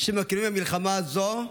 שמקריבים במלחמה הזו.